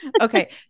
Okay